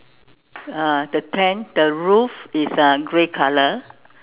uh the tent the roof is uh grey colour